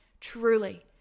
Truly